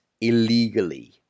illegally